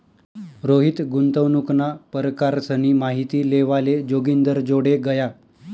रोहित गुंतवणूकना परकारसनी माहिती लेवाले जोगिंदरजोडे गया